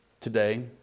today